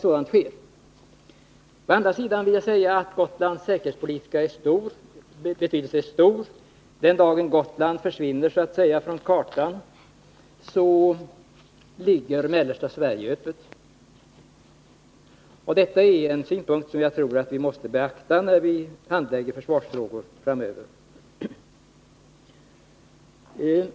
Å andra sidan vill jag säga att Gotlands säkerhetspolitiska betydelse är stor. Den dagen Gotland så att säga försvinner från kartan ligger mellersta Sverige öppet. Detta är en synpunkt som jag tror att vi måste beakta när vi handlägger försvarsfrågan framöver.